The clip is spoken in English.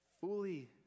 fully